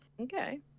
Okay